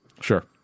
Sure